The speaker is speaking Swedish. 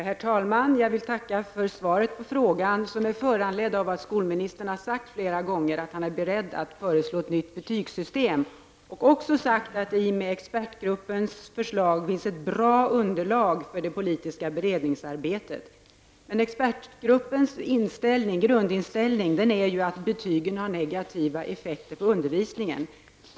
Herr talman! Jag vill tacka för svaret på min fråga, som är föranledd av att skolministern flera gånger har sagt att han är beredd att föreslå ett nytt betygssystem och att han också har sagt att det i och med expertgruppens förslag finns ett bra underlag för det politiska beredningsarbetet. Expertgruppens grundinställning är dock att betygen har negativa effekter på undervisningen.